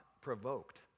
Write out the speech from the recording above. provoked